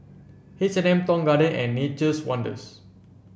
H and M Tong Garden and Nature's Wonders